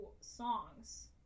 songs